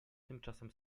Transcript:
tymczasem